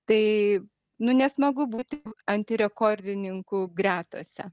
tai nu nesmagu būti antirekordininkų gretose